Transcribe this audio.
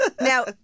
Now